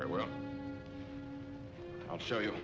or well i'll show you